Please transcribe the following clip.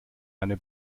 eine